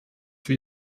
für